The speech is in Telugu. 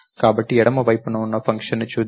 కాబట్టి ఎడమ వైపున ఉన్న ఫంక్షన్ను చూద్దాం